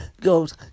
goes